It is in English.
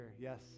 yes